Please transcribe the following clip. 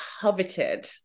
coveted